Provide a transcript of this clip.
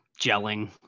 gelling